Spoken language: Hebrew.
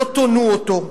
לא תונו אותו,